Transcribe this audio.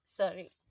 sorry